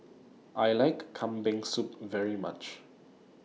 I like Kambing Soup very much